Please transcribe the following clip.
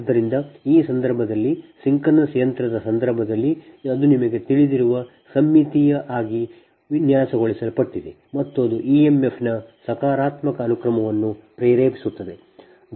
ಆದ್ದರಿಂದ ಈ ಸಂದರ್ಭದಲ್ಲಿ ಸಿಂಕ್ರೊನಸ್ ಯಂತ್ರದ ಸಂದರ್ಭದಲ್ಲಿ ಅದು ನಿಮಗೆ ತಿಳಿದಿರುವ ಸಮ್ಮಿತೀಯ ಆಗಿ ವಿನ್ಯಾಸಗೊಳಿಸಲ್ಪಟ್ಟಿದೆ ಮತ್ತು ಅದು emf ನ ಸಕಾರಾತ್ಮಕ ಅನುಕ್ರಮವನ್ನು ಪ್ರೇರೇಪಿಸುತ್ತದೆ